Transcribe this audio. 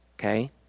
okay